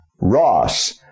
Ross